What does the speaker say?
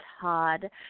Todd